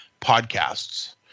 podcasts